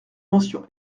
mention